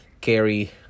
carry